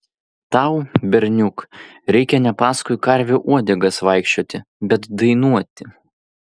tau berniuk reikia ne paskui karvių uodegas vaikščioti bet dainuoti